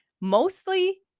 Mostly